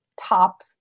top